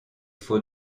faut